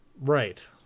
Right